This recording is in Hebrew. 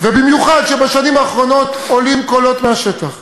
ובמיוחד שבשנים האחרונות עולים קולות מהשטח,